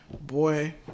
Boy